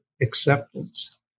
acceptance